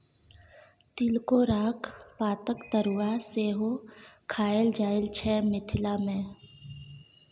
तिलकोराक पातक तरुआ सेहो खएल जाइ छै मिथिला मे